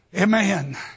Amen